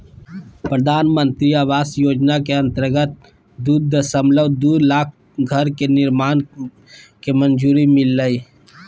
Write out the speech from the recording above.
प्रधानमंत्री आवास योजना के अंतर्गत दू दशमलब दू लाख घर के निर्माण के मंजूरी मिललय